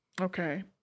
Okay